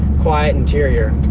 quiet interior.